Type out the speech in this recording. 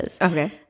Okay